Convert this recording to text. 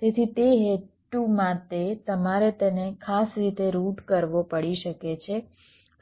તેથી તે હેતુ માટે તમારે તેને ખાસ રીતે રુટ કરવો પડી શકે છે